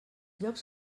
llocs